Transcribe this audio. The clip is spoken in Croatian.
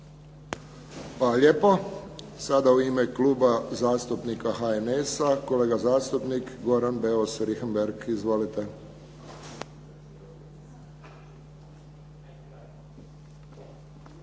lijepo. Sada u ime Kluba zastupnika HNS-a, kolega zastupnik Goran Beus Richembergh. Izvolite.